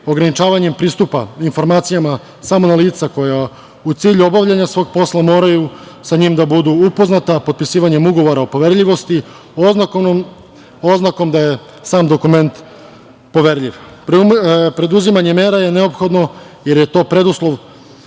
ograničavanjem pristupa informacijama samo ona lica koja u cilju obavljanja svog posla moraju sa njim da budu upoznata, potpisivanjem ugovora o poverljivosti, oznakom da je sam dokument poverljiv. Preduzimanje mera je neophodno, jer je to predstavlja